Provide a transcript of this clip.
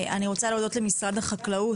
אני רוצה להודות למשרד החקלאות,